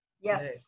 Yes